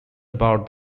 about